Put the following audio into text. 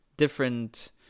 different